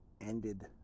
ended